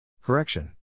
Correction